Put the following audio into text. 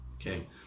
okay